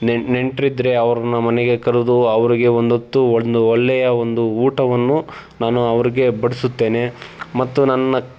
ನೆಣ್ ನೆಂಟರಿದ್ರೆ ಅವ್ರನ್ನು ಮನೆಗೆ ಕರೆದು ಅವ್ರಿಗೆ ಒಂದು ಹೊತ್ತು ಒಂದು ಒಳ್ಳೆಯ ಒಂದು ಊಟವನ್ನು ನಾನು ಅವ್ರಿಗೆ ಬಡಿಸುತ್ತೇನೆ ಮತ್ತು ನನ್ನ